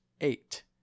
eight